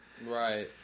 right